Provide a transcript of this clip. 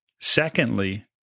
Secondly